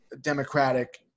democratic